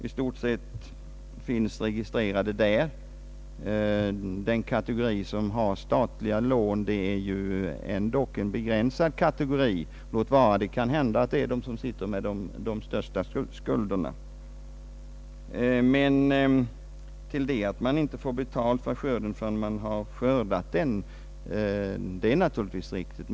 I stort sett alla jordbruk finns registrerade där. Den kategori som har statliga lån är ju ändå en begränsad kategori, låt vara att det kanske är dessa jordbrukare som sitter med de största skulderna. Att en lantbrukare inte får betalt för skörden förrän den är bärgad är naturligtvis riktigt.